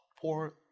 Poor